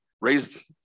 raised